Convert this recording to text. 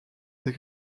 des